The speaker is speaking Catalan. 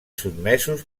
sotmesos